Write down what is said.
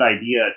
idea